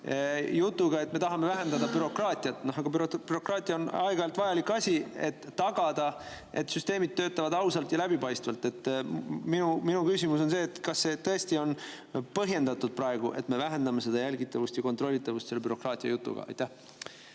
jutuga, et me tahame vähendada bürokraatiat. Bürokraatia on aeg-ajalt vajalik asi, et tagada see, et süsteemid töötavad ausalt ja läbipaistvalt. Minu küsimus on see: kas see tõesti on praegu põhjendatud, et me vähendame jälgitavust ja kontrollitavust selle bürokraatia jutuga? Aitäh!